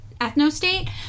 ethnostate